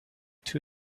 two